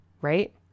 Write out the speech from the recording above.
right